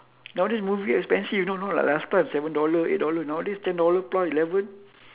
nowadays movie expensive you know not like last time seven dollar eight dollar nowadays ten dollars plus eleven